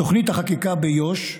בתוכנית החקיקה באיו"ש,